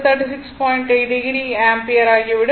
8o ampere ஆகிவிடும்